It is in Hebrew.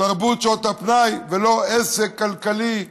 תרבות שעות הפנאי ולא עסק כלכלי,